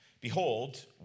behold